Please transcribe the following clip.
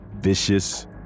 Vicious